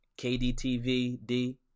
KDTVD